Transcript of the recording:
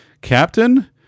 Captain